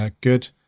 good